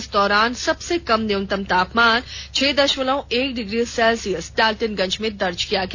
इस दौरान सबसे कम न्यूनतम तापमान छह दशमलव एक डिग्री सेल्सियस डालटनगंज में दर्ज किया गया